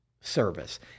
service